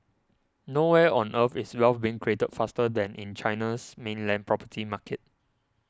nowhere on Earth is wealth being created faster than in China's mainland property market